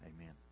amen